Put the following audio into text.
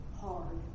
hard